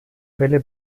fälle